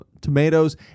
tomatoes